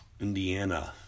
Indiana